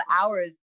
hours